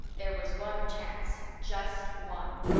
there was one chance just one.